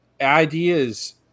Ideas